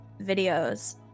videos